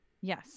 Yes